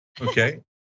Okay